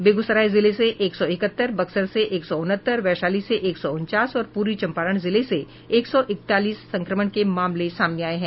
बेगूसराय जिले से एक सौ इकहत्तर बक्सर से एक सौ उनहत्तर वैशाली से एक सौ उनचास और पूर्वी चंपारण जिले से एक सौ इकतालीस संक्रमण के मामले सामने आये हैं